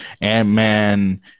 ant-man